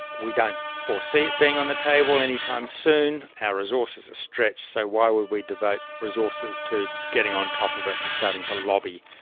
we don't foresee it being on the table anytime soon, our resources are stretched so why would we devote resources to getting on top of it and starting to lobby?